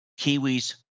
Kiwis